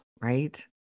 right